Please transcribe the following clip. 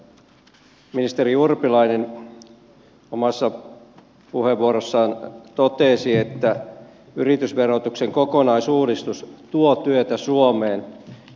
ministeri urpilainen omassa puheenvuorossaan totesi että yritysverotuksen kokonaisuudistus tuo työtä suomeen